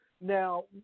now